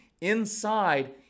inside